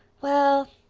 well,